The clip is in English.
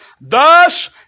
Thus